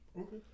Okay